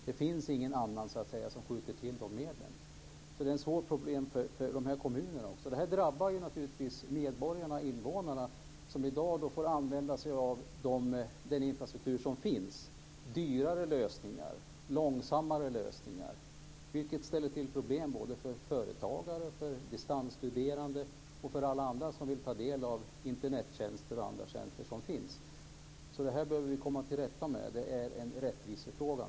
Det finns ingen som skjuter till dessa medel. Detta är ett svårt problem för dessa kommuner. Detta drabbar naturligtvis de invånare som i dag får använda den infrastruktur som finns och som innebär dyrare och långsammare lösningar. Det ställer till problem för företagare, för distansstuderande och för alla andra som vill utnyttja Internettjänster och andra IT-tjänster. Det är en rättvisefråga att vi kommer till rätta med detta, ministern.